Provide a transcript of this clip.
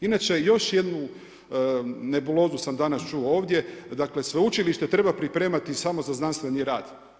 Inače još jednu nebulozu sam danas čuo ovdje, dakle, sveučilište treba pripremati samo za znanstveni rad.